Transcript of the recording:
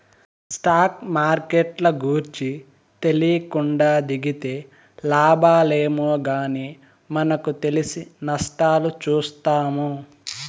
stock మార్కెట్ల గూర్చి తెలీకుండా దిగితే లాబాలేమో గానీ మనకు తెలిసి నష్టాలు చూత్తాము